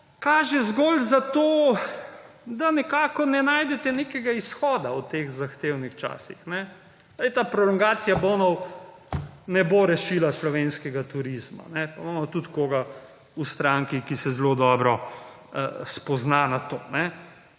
kaže zgolj zato, da nekako ne najdete nekega izhoda v teh zahtevnih časih. Sedaj pa prolongacija bonov ne bo rešila slovenskega turizma pa imamo tudi koga v stranki, ki se zelo dobro spozna na to.